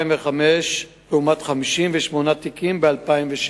01:00 בעפולה.